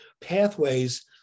pathways